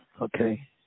Okay